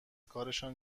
کارشان